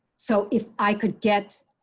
so if i could get